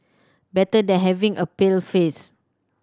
better than having a pale face